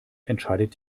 entscheidet